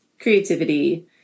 Creativity